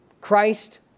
Christ